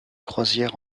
croisière